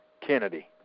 Kennedy